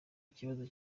ikibazo